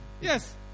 Yes